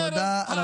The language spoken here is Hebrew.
תודה רבה.